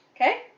Okay